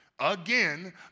Again